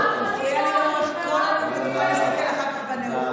את לא תוכלי להסביר את הרפורמות ההזויות